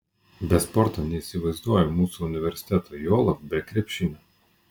be sporto neįsivaizduoju mūsų universiteto juolab be krepšinio